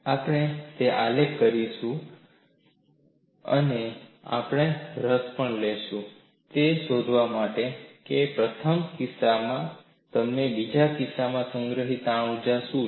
આપણે તે આલેખીય રીતે જોઈશું જોશે અને આપણું રસ શું છે તે શોધવા માટે કે પ્રથમ કિસ્સામાં તેમજ બીજા કિસ્સામાં સંગ્રહિત તાણ ઊર્જા શું છે